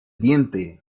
diente